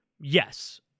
Yes